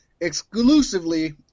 exclusively